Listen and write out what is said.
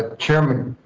ah chairman,